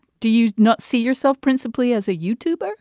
do you not see yourself principally as a youtube? ah